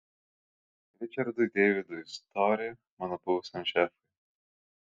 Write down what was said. ričardui deividui stori mano buvusiam šefui